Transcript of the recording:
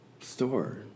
store